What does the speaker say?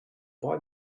boy